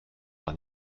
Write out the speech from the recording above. par